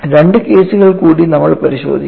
രണ്ട് കേസുകൾ കൂടി നമ്മൾ പരിശോധിക്കും